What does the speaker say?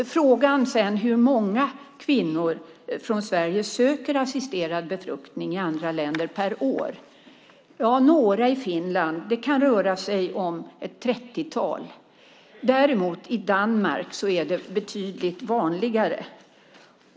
Frågan är sedan hur många kvinnor från Sverige som söker assisterad befruktning i andra länder per år. Det är några som gör det i Finland - det kan röra sig om ett trettiotal. I Danmark är det däremot betydligt vanligare.